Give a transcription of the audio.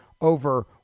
over